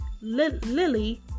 Lily